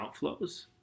outflows